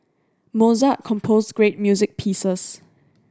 Mozart composed great music pieces